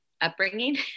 upbringing